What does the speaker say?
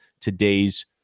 today's